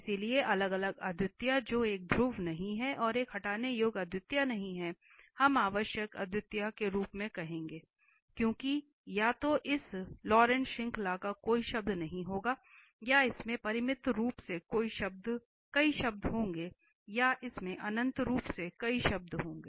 इसलिए अलग अलग अद्वितीयता जो एक ध्रुव नहीं है और एक हटाने योग्य अद्वितीयता नहीं है हम आवश्यक अद्वितीयता के रूप में कहेंगे क्योंकि या तो इस लॉरेंट श्रृंखला का कोई शब्द नहीं होगा या इसमें परिमित रूप से कई शब्द होंगे या इसमें अनंत रूप से कई शब्द होंगे